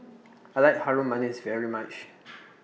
I like Harum Manis very much